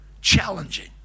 challenging